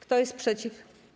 Kto jest przeciw?